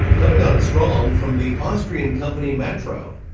coming on strong from the austrian company mattro,